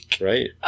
Right